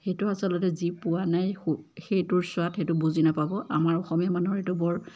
সেইটো আচলতে যি পোৱা নাই সেইটোৰ স্বাদ সেইটো বুজি নাপাব আমাৰ অসমীয়া মানুহৰ এইটো বৰ